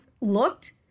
looked